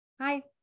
Hi